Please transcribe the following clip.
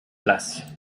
blas